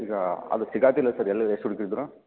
ಈಗ ಅದು ಸಿಗೋದಿಲ್ಲ ಸರ್ ಎಲ್ಲೇ ಎಷ್ಟು ಹುಡುಕಿದ್ರೂ